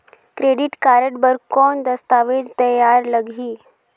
Credit card बर कौन दस्तावेज तैयार लगही?